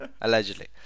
allegedly